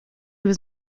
was